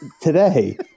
today